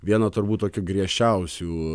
vieno turbūt tokių griežčiausių